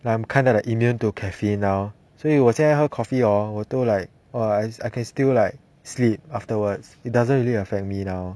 like I'm kinda like immune to caffeine now 所以我现在喝 coffee hor 我都 like !wah! I can still like sleep afterwards it doesn't really affect me now